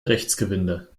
rechtsgewinde